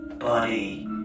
Buddy